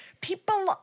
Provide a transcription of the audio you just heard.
people